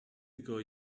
ago